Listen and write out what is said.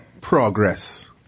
progress